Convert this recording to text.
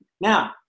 now